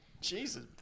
Jesus